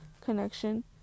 connection